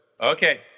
Okay